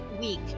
week